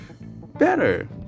better